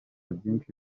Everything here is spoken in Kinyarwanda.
byinshi